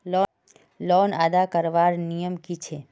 Loan अदा करवार नियम की छे?